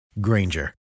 Granger